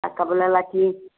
और क्या बोला ला कि